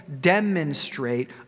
demonstrate